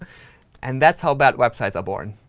and that's how bad websites are born.